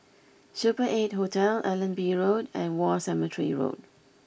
Super Eight Hotel Allenby Road and War Cemetery Road